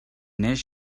naix